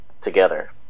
together